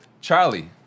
Charlie